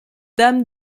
dame